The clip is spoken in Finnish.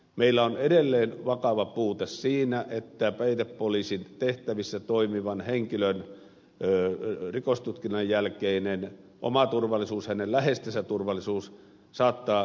meillä on edelleen vakava puute siinä että peitepoliisin tehtävissä toimivan henkilön rikostutkinnan jälkeinen oma turvallisuus hänen läheistensä turvallisuus saattaa jäädä varmistamatta